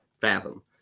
fathom